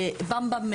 במבה,